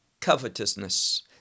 covetousness